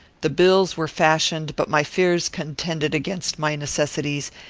the bills were fashioned, but my fears contended against my necessities,